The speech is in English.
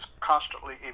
constantly